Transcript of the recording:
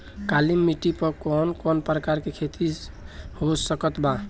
काली मिट्टी पर कौन कौन प्रकार के खेती हो सकत बा?